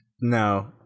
No